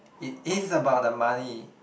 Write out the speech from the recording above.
it is about the money